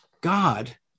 God